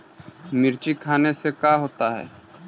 मिर्ची खाने से का होता है?